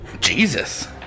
Jesus